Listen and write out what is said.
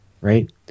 right